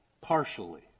partially